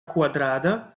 quadrada